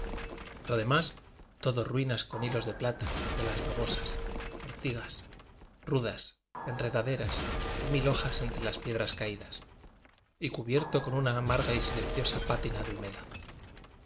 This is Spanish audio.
lo demás todo ruinas con hilos de plata de las babosas ortigas rudas en redaderas y mil hojas entre las piedras caídas y cubierto con una amarga y si lenciosa pátina de humedad